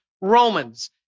Romans